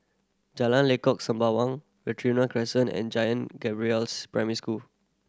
Jalan Lengkok Sembawang Crescent and Gabriel's Primary School